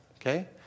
Okay